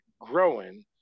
growing